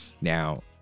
now